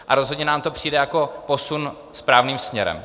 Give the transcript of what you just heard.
A rozhodně nám to přijde jako posun správným směrem.